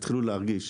יתחילו להרגיש.